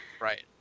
Right